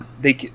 they-